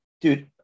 dude